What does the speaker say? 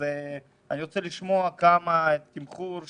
אני רוצה לשמוע מה תמחור הבדיקות,